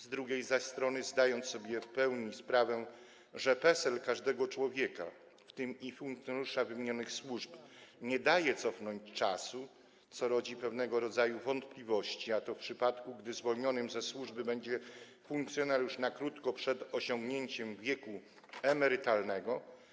Z drugiej zaś strony zdajemy sobie w pełni sprawę, że PESEL każdego człowieka, w tym i funkcjonariusza wymienionych służb, nie daje cofnąć czasu, co rodzi pewnego rodzaju wątpliwości, a to w przypadku gdy zwolniony ze służby będzie funkcjonariusz na krótko przed osiągnięciem wieku emerytalnego.